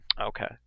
Okay